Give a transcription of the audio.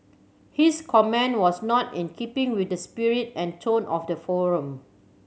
his comment was not in keeping with the spirit and tone of the forum